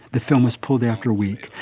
the film was pulled after week.